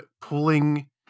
pulling